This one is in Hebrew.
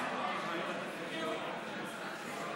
היושב-ראש.